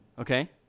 Okay